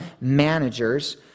managers